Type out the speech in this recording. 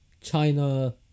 China